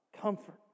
Comfort